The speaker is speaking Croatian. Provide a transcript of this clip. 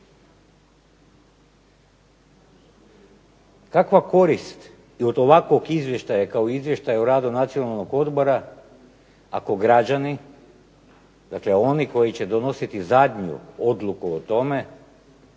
Kakva korist i od ovakvog izvještaja kao Izvještaja o radu Nacionalnog odbora ako građani, dakle oni koji će donositi zadnju odluku o tome,